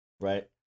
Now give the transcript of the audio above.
right